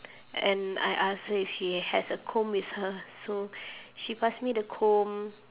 and I ask her if she has a comb with her so she pass me the comb